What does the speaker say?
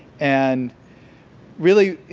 and really,